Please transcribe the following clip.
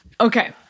Okay